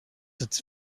its